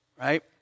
Right